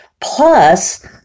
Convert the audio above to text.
Plus